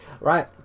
Right